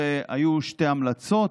והיו שתי המלצות: